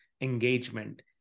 engagement